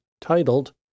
titled